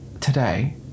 today